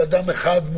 אם זו הופעה של אדם אחד,